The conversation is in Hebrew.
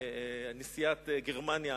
מרקל נשיאת גרמניה,